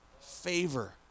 Favor